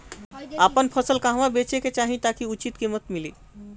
आपन फसल कहवा बेंचे के चाहीं ताकि उचित कीमत मिली?